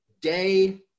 day